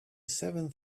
seven